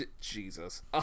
jesus